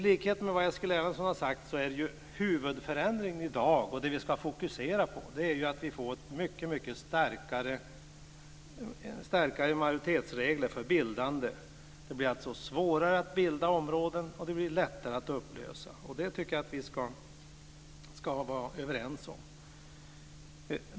För det andra är, i likhet med vad Eskil Erlandsson har sagt, huvudförändringen i dag och det vi ska fokusera på att vi får mycket starkare majoritetsregler för bildandet av områden. Det blir alltså svårare att bilda områden och lättare att upplösa sådana. Det tycker jag att vi ska vara överens om.